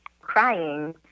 crying